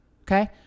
Okay